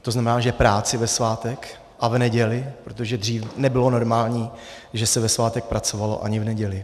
To znamená, že práci ve svátek a v neděli, protože dřív nebylo normální, že se ve svátek pracovalo, ani v neděli.